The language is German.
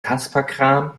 kasperkram